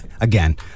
Again